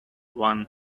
one